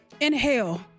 inhale